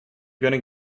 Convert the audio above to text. going